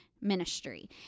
ministry